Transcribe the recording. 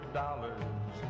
dollars